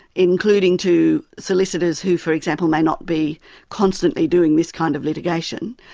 including to solicitors who, for example, may not be constantly doing this kind of litigation,